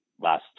last